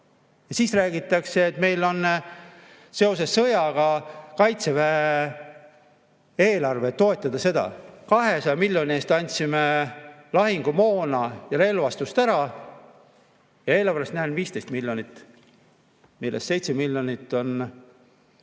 siis räägitakse, et meil on seoses sõjaga Kaitseväe eelarve, mida [tuleb] toetada. 200 miljoni eest andsime lahingumoona ja relvastust ära ja eelarves ma näen 15 miljonit, millest 7 miljonit on